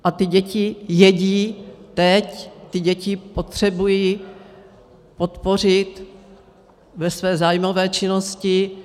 A ty děti jedí teď, ty děti potřebují podpořit ve své zájmové činnosti.